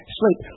sleep